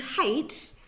hate